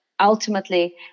Ultimately